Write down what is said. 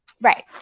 Right